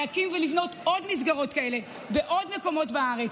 להקים ולבנות עוד מסגרות כאלה בעוד מקומות בארץ,